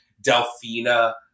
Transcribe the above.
Delfina